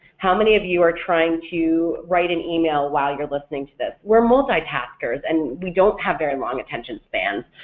how many of you are trying to write an email while you're listening to this? we're multi-taskers and we don't have very long attention spans,